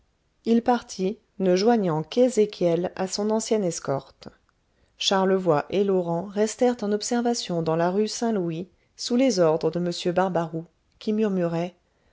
il partit ne joignant qu'ezéchiel à son ancienne escorte charlevoy et laurent restèrent en observation dans la rue saint-louis sous les ordres de m barbaroux qui murmurait